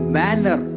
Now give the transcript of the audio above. manner